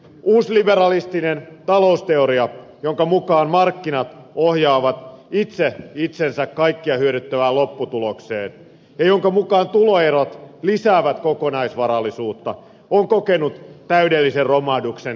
uusliberalistinen talousteoria jonka mukaan markkinat ohjaavat itse itsensä kaikkia hyödyttävään lopputulokseen ja jonka mukaan tuloerot lisäävät kokonaisvarallisuutta on kokenut täydellisen romahduksen finanssikriisin myötä